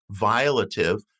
violative